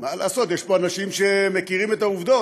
מה לעשות, יש פה אנשים שמכירים את העובדות.